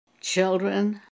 children